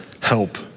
help